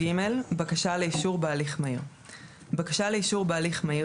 בקשה לאישור בהליך מהיר 26ג. בקשה לאישור בהליך מהיר